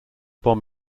bomb